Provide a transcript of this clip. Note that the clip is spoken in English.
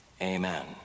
Amen